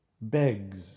begs